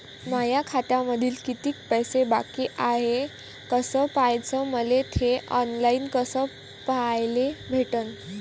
माया खात्यामंधी किती पैसा बाकी हाय कस पाह्याच, मले थे ऑनलाईन कस पाह्याले भेटन?